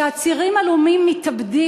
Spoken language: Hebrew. שעצירים עלומים מתאבדים,